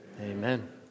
amen